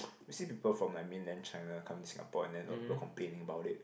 ppo you see people from like Mainland China coming to Singapore and then a people complaining about it